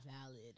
valid